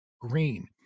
green